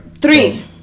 Three